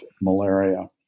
malaria